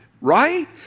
right